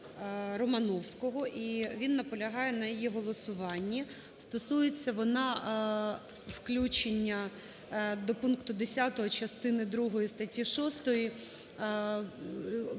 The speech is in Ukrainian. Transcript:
депутатаРомановського, і він наполягає на її голосуванні. Стосується вона включення до пункту 10 частини другої статті 6 відповідних